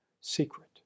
secret